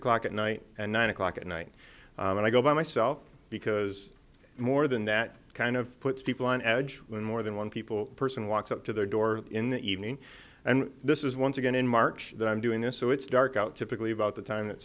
o'clock at night and nine o'clock at night and i go by myself because more than that kind of puts people on edge when more than one people person walks up to their door in the evening and this is once again in march that i'm doing this so it's dark out typically about the time